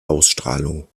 ausstrahlung